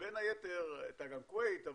הייתה גם כוויית,